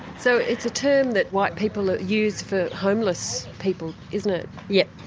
so it's a term that white people use for homeless people, isn't it? yep.